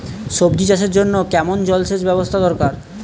সবজি চাষের জন্য কেমন জলসেচের ব্যাবস্থা দরকার?